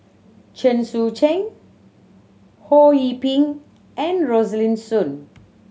Chen Sucheng Ho Yee Ping and Rosaline Soon